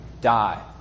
die